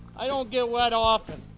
i don't get wet often!